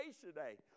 today